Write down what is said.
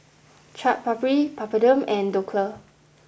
Chaat Papri Papadum and Dhokla